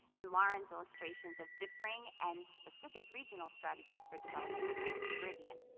in lauren's illustrations of differing and specific regional strategies for development across the caribbean,